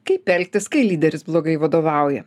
kaip elgtis kai lyderis blogai vadovauja